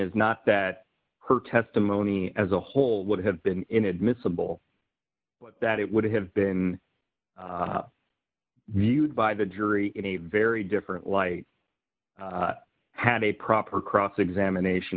is not that her testimony as a whole would have been inadmissible that it would have been viewed by the jury in a very different light had a proper cross examination